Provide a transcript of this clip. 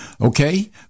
Okay